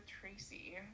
Tracy